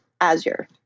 Azure